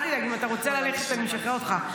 אל תדאג, אם אתה רוצה ללכת, אני משחררת אותך.